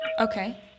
Okay